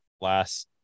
last